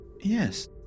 Yes